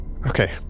Okay